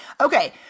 okay